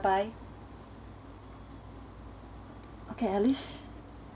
bye okay alice